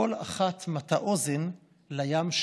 כל אחת מטה אוזן לים שלה.